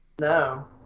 No